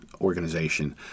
organization